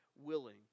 willing